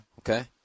Okay